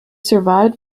survived